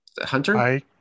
hunter